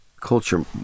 culture